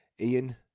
Ian